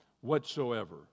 whatsoever